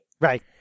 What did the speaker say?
Right